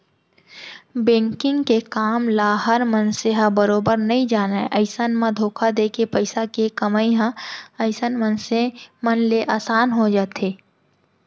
banking के काम ल हर मनसे ह बरोबर नइ जानय अइसन म धोखा देके पइसा के कमई ह अइसन मनसे मन ले असान हो जाथे